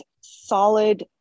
solid